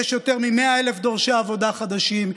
יש יותר מ-100,000 דורשי עבודה חדשים,